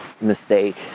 mistake